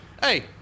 Hey